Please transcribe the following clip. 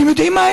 אתם יודעים מה?